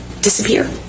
disappear